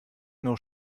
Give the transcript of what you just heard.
nur